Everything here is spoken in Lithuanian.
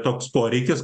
toks poreikis